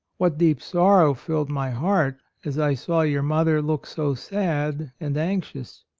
what deep sorrow filled my heart as i saw your mother look so sad and anxious!